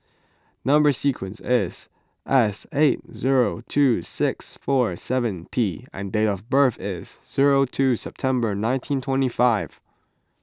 Number Sequence is S eight zero two six four seven P and date of birth is zero two September nineteen twenty five